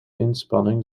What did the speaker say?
inspanning